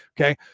Okay